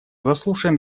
заслушаем